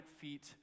feet